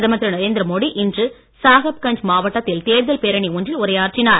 பிரதமர் திரு நரேந்திரமோடி இன்று சாகப் கஞ்ச் மாவட்டத்தில் தேர்தல் பேரணி ஒன்றில் உரையாற்றினார்